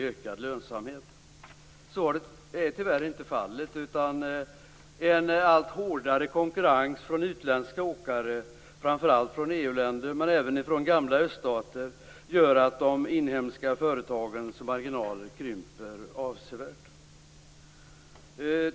Men så har tyvärr inte varit fallet. En allt hårdare konkurrens från utländska åkare, framför allt från EU-länder men också från de gamla öststaterna, gör att de inhemska företagens marginaler krymper avsevärt.